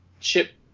chip